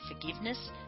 forgiveness